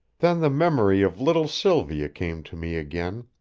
then the memory of little sylvia came to me again,